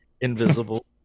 invisible